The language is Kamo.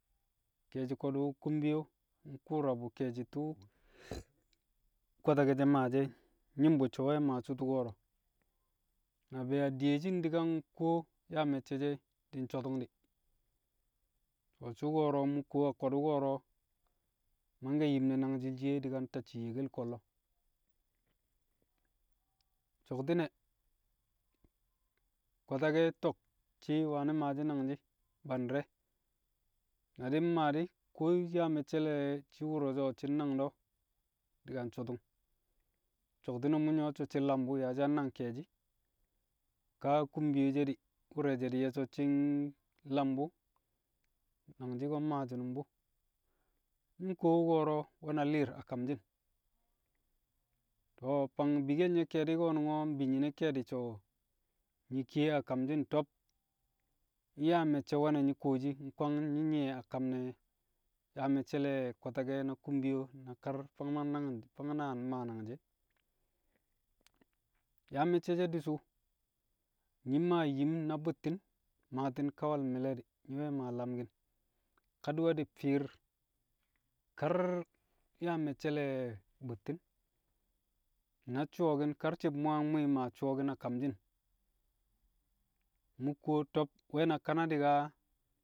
Ke̱e̱shi̱ ko̱du̱ kumyo, nku̱u̱ra bu̱ ke̱e̱shi̱ tu̱u̱ kwatake̱ she̱ maashi̱ e̱, nyi̱m bu̱ so̱ we̱ maa su̱u̱ tu̱ko̱ro̱. Na be̱e̱ adiyeshin di̱ ka nkuwo yaa me̱cce̱ she̱ di̱ nso̱tu̱ng di̱, we̱l su̱u̱ ko̱ro̱ mu̱ nkuwo a ko̱du̱ ko̱ro̱ mangke̱ yim ne̱ nangji̱l shiye di̱ ka ntacci̱ yekel ko̱llo̱. So̱kti̱ne̱ kwatake̱ to̱k shi̱ wani̱ nangji̱ bandi̱re̱, na di̱ mmaa di̱ kuwo nyaa me̱cce̱ le̱ shi̱ wu̱rre̱ she̱ o̱ shi̱ nnang do̱, di̱ ka nso̱tu̱ng. So̱kti̱ne̱ mu̱ nyu̱wo̱ so̱ shi̱ mlam bu̱, yaa shi̱ yang nang ke̱e̱shi̱, ka kumyo di̱, wu̱re̱ she̱ di̱ nye̱ so̱ shi̱ nlam bu̱, nangji̱ ko̱ mmaa shi̱nu̱m bu̱. Mu̱ nkuwo wu̱ ko̱ro̱ we̱ na li̱i̱r a kamshi̱n. To̱, fang bikel ke̱e̱di̱ ko̱nu̱ngo̱ mbi nyi̱ne̱ ke̱e̱di̱ so̱ nyi̱ kiye a kamshi̱n to̱b nyaa me̱cce̱ we̱ne̱ nyi̱ kuwoshi nkwang nyi̱ nyi̱ye̱ a kam ne̱ ya me̱cce̱ le̱ kwatake̱ na kumyo bu̱ kar fang mang nang fang nang maa nangji̱ e̱. Yaa me̱cce̱ she̱ di̱ su̱u̱ nyi̱ maa yim na bu̱tti̱n maati̱n kaa we̱l mi̱le̱ di̱ nyi̱ we̱ maa lamki̱n. Kadi̱we̱di̱ fi̱i̱r kar yaa me̱cce̱ le̱ bu̱tti̱n, na su̱wo̱ki̱n karci̱b mu̱ yang mmwi̱i̱ maa su̱wo̱ki̱n a kamshi̱n, mu̱ nkuwo to̱b we̱ na kanadi̱ kaa.